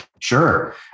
Sure